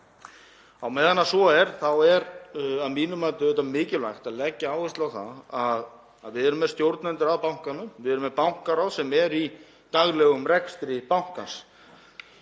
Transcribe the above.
Á meðan svo er er að mínu mati mikilvægt að leggja áherslu á það að við erum með stjórnendur bankans. Við erum með bankaráð sem er í daglegum rekstri bankans.